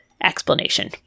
explanation